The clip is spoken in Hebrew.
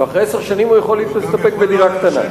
ואחרי עשר שנים הוא יכול להסתפק בדירה קטנה.